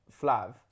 Flav